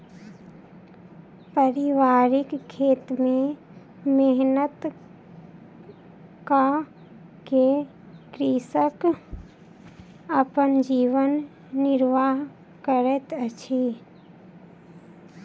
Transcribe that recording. पारिवारिक खेत में मेहनत कअ के कृषक अपन जीवन निर्वाह करैत अछि